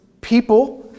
people